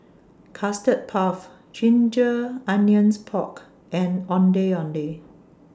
Custard Puff Ginger Onions Pork and Ondeh Ondeh